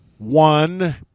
One